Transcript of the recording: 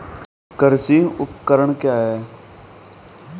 कृषि उपकरण क्या है?